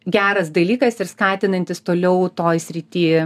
geras dalykas ir skatinantis toliau toj srity